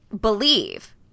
believe